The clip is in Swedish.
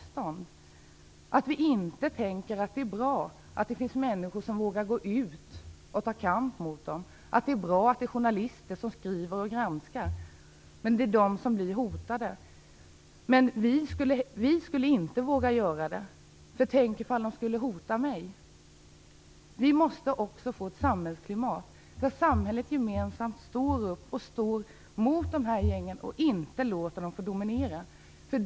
Det är dags att vi slutar tänka att det är bra att det finns människor som vågar gå ut och ta kampen, och att det är bra att journalister skriver och granskar. Det är ju de som blir hotade - vi skulle inte våga göra något, för tänk om de skulle hota oss? Vi måste få ett samhällsklimat där vi gemensamt står upp mot gängen och inte låter dem dominera.